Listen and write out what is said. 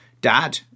Dad